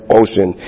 ocean